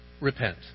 repent